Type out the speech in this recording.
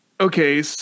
okay